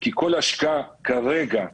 כי כל השקעה כרגע שתינתן,